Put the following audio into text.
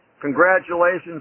Congratulations